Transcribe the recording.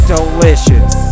Delicious